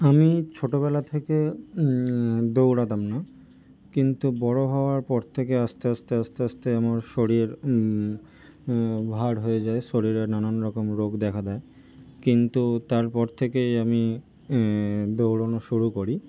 আমি ছোটবেলা থেকে দৌড়াতাম না কিন্তু বড় হওয়ার পর থেকে আস্তে আস্তে আস্তে আস্তে আমার শরীর ভার হয়ে যায় শরীরে নানান রকম রোগ দেখা দেয় কিন্তু তার পর থেকে আমি দৌড়নো শুরু করি